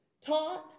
taught